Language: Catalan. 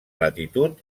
latitud